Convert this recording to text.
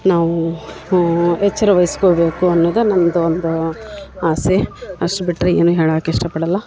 ನಾವು ಎಚ್ಚರ ವಹಿಸ್ಕೊಬೇಕು ಅನ್ನೋದೇ ನಂದು ಒಂದು ಆಸೆ ಅಷ್ಟು ಬಿಟ್ಟರೆ ಏನೂ ಹೇಳಕ್ಕೆ ಇಷ್ಟಪಡಲ್ಲ